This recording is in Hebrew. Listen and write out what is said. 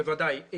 בוודאי.